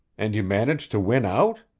and you managed to win out?